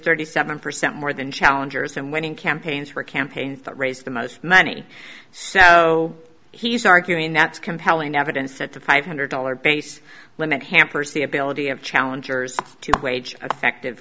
thirty seven percent more than challengers and winning campaigns for campaigns that raised the most money so he's arguing that's compelling evidence that the five hundred dollars base limit hampers the ability of challengers to wage affective